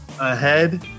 ahead